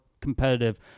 competitive